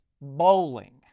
bowling